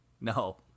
No